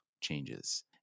changes